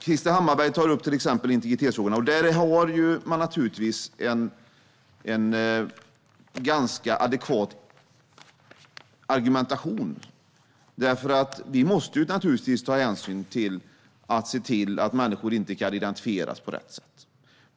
Krister Hammarbergh tar upp integritetsfrågorna och har en ganska adekvat argumentation, för vi måste naturligtvis se till att människor inte kan identifieras om det inte sker på rätt sätt.